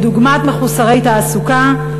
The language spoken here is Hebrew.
כדוגמת מחוסרי תעסוקה,